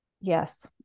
yes